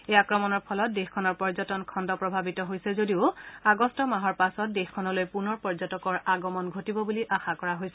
এই আক্ৰমণৰ ফলত দেশখনৰ পৰ্যটন খণ্ড প্ৰভাৱিত হৈছে যদিও আগষ্ট মাহৰ পাছত দেশখনলৈ পুনৰ পৰ্যটকৰ আগমন ঘটিব বুলি আশা কৰা হৈছে